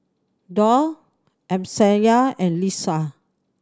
Daud Amsyar and Lisa